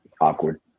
awkward